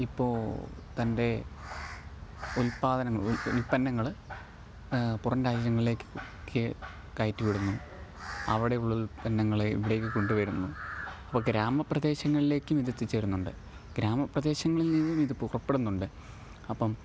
ഇപ്പോൾ തന്റെ ഉത്പാദനങ്ങൾ ഉ ഉത്പന്നങ്ങൾ പുറം രാജ്യങ്ങളേക്ക് ക്ക് കയറ്റി വിടുന്നു അവിടെയുള്ള ഉത്പന്നങ്ങളെ ഇവിടേക്ക് കൊണ്ടുവരുന്നു അപ്പം ഗ്രാമപ്രദേശങ്ങളിലേക്കുമിതെത്തിച്ചേരുന്നുണ്ട് ഗ്രാമപ്രദേശങ്ങളില് നിന്നുമിത് പുറപ്പെടുന്നുണ്ട് അപ്പം